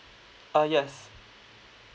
uh yes